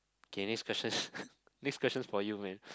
okay next questions next questions for you man